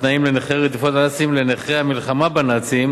התנאים המוענקים לנכי רדיפות הנאצים לתנאי נכי המלחמה בנאצים,